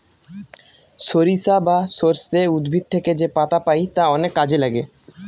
সরিষা বা সর্ষে উদ্ভিদ থেকে যেপাতা পাই তা অনেক কাজে লাগে